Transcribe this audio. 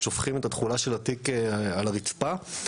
שופכים את התכולה של התיק על הרצפה.